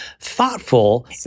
Thoughtful